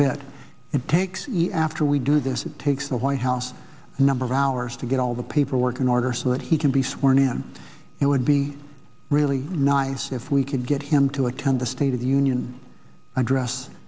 it takes me after we do this it takes the white house number of hours to get all the paperwork in order so that he can be sworn in it would be really nice if we could get him to attend the state of the union